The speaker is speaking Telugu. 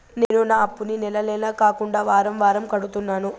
నేను నా అప్పుని నెల నెల కాకుండా వారం వారం కడుతున్నాను